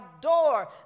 door